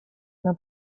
una